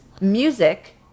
music